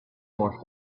more